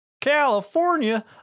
California